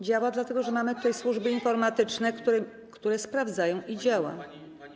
Działa, dlatego że mamy tutaj służby informatyczne, które sprawdzają, i działa.